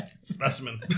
specimen